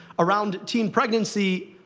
around teen pregnancy,